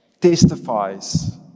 testifies